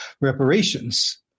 reparations